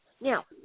Now